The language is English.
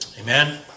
Amen